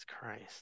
Christ